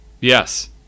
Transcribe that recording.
Yes